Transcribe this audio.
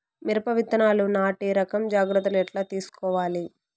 మిరప విత్తనాలు నాటి రకం జాగ్రత్తలు ఎట్లా తీసుకోవాలి?